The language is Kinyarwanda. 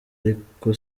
ariko